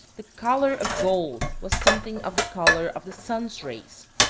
the color of gold was something of the color of the sun's rays,